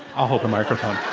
i'll hold the microphone.